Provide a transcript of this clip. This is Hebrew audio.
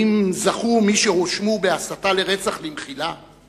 האם זכו מי שהואשמו בהסתה לרצח למחילה?